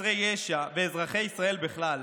חסרי ישע ואזרחי ישראל בכלל.